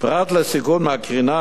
פרט לסיכון מהקרינה,